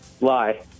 Lie